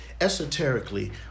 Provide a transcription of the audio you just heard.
Esoterically